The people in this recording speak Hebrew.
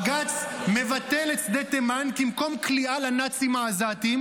בג"ץ מבטל את שדה תימן כמקום כליאה לנאצים העזתים,